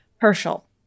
Herschel